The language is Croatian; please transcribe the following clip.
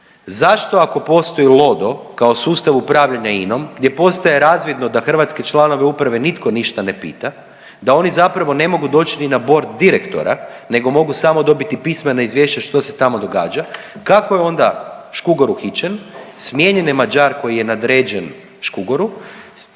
zašto ako postoji LODO kao sustav upravljanja INA-om gdje postaje razvidno da hrvatske članove uprave nitko ništa ne pita, da oni zapravo ne mogu doć ni na bord direktora nego mogu samo dobiti pismena izvješća što se tamo događa, kako je onda Škugor uhićen, smijenjen je Mađar koji je nadređen Škugoru,